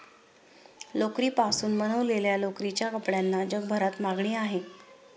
लोकरीपासून बनवलेल्या लोकरीच्या कपड्यांना जगभरात मागणी आहे